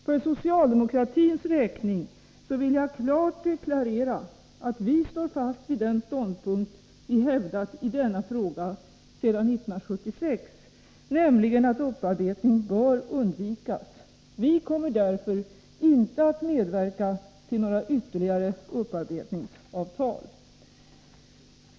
För socialdemokratins räkning vill jag klart deklarera att vi står fast vid den ståndpunkt vi hävdat i denna fråga sedan 1976, nämligen att upparbetning bör undvikas. Vi kommer därför inte att medverka till några ytterligare upparbetningsavtal.